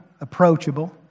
approachable